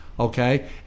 okay